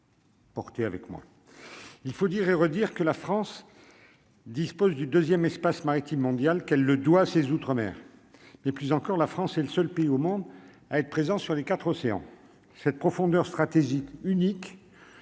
il faut dire et redire que la France dispose du 2ème, espace maritime mondial qu'elle le doit à ses outre-mer, et plus encore la France est le seul pays au monde à être présents sur les quatre océan cette profondeur stratégique unique,